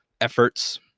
efforts